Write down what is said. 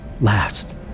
Last